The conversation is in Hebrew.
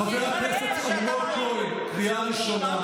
חבר הכנסת אלמוג כהן, קריאה ראשונה.